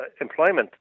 employment